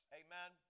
amen